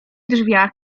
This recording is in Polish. drzwiach